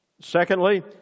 Secondly